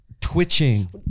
twitching